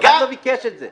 אבל אף אחד לא ביקש את זה.